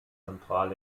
zentral